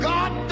God